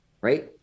right